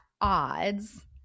odds